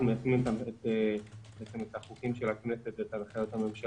אנחנו מיישמים את החוקים של הכנסת ואת הנחיות הממשלה,